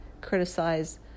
criticize